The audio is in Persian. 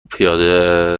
پیاده